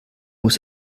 muss